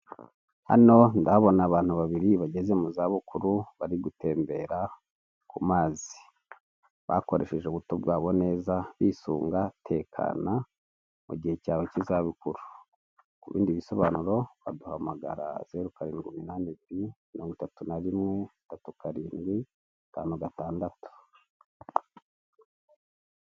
Hano ndahabona abantu babiri bageze mu zabukuru bari gutembera ku mazi bakoresheje ubuto bwabo neza bisunga tekana mu gihe cyabo k' izabukuru. ku Bindi bisobanuro waduhamagara zeru karindwi iminani ibiri mirongo itatu na rimwe tatu karindwi tanu gatandatu.